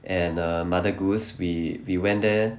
and err mother goose we we went there